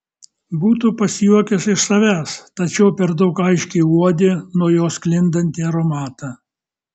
būtų pasijuokęs iš savęs tačiau per daug aiškiai uodė nuo jos sklindantį aromatą